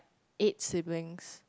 eight siblings